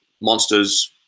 monsters